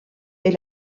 est